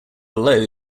below